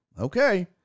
Okay